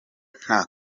nta